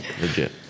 Legit